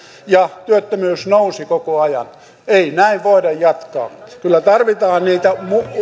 ja työttömyys nousi koko ajan ei näin voida jatkaa kyllä niitä